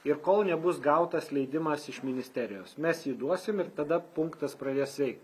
ir kol nebus gautas leidimas iš ministerijos mes jį duosim ir tada punktas pradės veikt